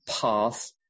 path